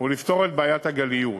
ולפתור את בעיית הגליות.